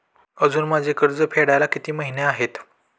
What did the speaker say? अजुन माझे कर्ज फेडायला किती महिने आहेत?